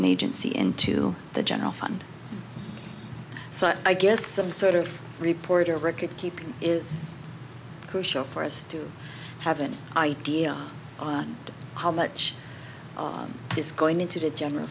an agency into the general fund so that i get some sort of report or record keeping is crucial for us to have an idea of how much is going into the general